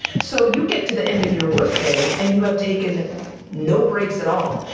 so you get to the end of your work day and you have taken no breaks at all.